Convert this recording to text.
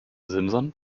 simson